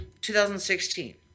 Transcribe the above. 2016